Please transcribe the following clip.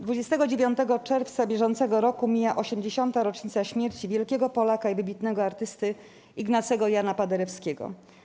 29 czerwca br. mija 80. rocznica śmierci wielkiego Polaka i wybitnego artysty Ignacego Jana Paderewskiego.